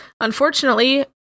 Unfortunately